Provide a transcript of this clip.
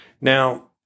Now